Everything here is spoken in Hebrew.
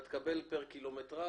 אתה תקבל פר קילומטראז',